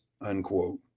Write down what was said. unquote